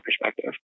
perspective